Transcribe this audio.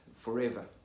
forever